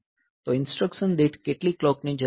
તો ઇન્સટ્રકશન દીઠ કેટલી ક્લોકની જરૂર છે